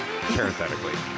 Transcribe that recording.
Parenthetically